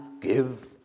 give